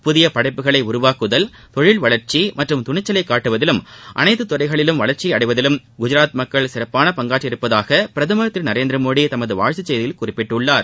புதிய படைப்புகளை உருவாக்குதல் தொழில் வளா்ச்சி மற்றும் துணிச்சலை காட்டுவதிலும் அனைத்து துறைகளிலும் வளர்ச்சியை அடைவதிலும் குஜராத் மக்கள் சிறப்பான பங்காற்றியிருப்பதாக பிரதமா் திரு நரேந்திரமோடி தமது வாழ்த்துச் செய்தியில் கூறியுள்ளார்